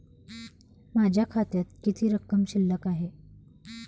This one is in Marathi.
माझ्या खात्यात किती रक्कम शिल्लक आहे?